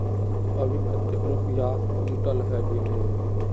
अभी कते रुपया कुंटल है गहुम?